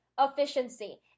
efficiency